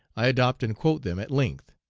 i adopt and quote them at length